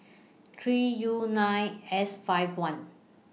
three U nine S five one